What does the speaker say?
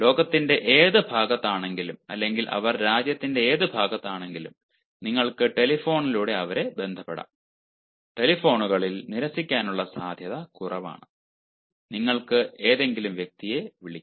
ലോകത്തിന്റെ ഏത് ഭാഗത്താണെങ്കിലും അല്ലെങ്കിൽ അവർ രാജ്യത്തിന്റെ ഏത് ഭാഗത്താണെങ്കിലും നിങ്ങൾക്ക് ടെലിഫോണിലൂടെ അവരെ ബന്ധപ്പെടാം ടെലിഫോണുകളിൽ നിരസിക്കാനുള്ള സാധ്യത കുറവാണ് നിങ്ങൾക്ക് ഏതെങ്കിലും വ്യക്തിയെ വിളിക്കാം